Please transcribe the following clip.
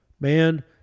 Man